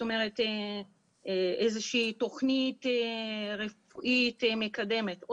איזושהי תוכנית רפואית מקדמת.